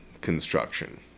construction